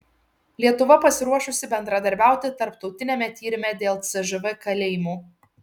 lietuva pasiruošusi bendradarbiauti tarptautiniame tyrime dėl cžv kalėjimų